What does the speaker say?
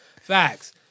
Facts